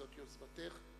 זו יוזמתך,